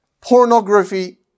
pornography